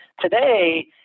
Today